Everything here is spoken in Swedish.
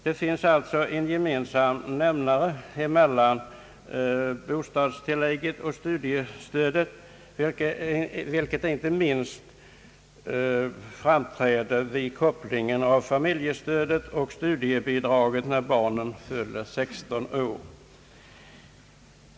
Det finns alltså en ge mensam nämnare mellan bostadstillägget och studiestödet, vilket framträder inte minst genom kopplingen av familjestödet och studiebidraget när barnet fyller 16 år.